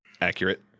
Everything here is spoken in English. Accurate